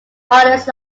artists